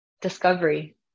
discovery